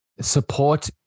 support